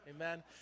amen